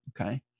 okay